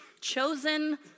chosen